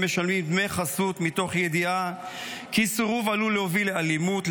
הם משלמים דמי חסות מתוך ידיעה כי סירוב עלול להוביל לאלימות,